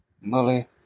Molly